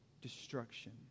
destruction